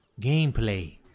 Gameplay